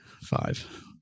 Five